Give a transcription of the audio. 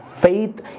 faith